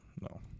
no